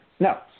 No